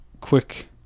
quick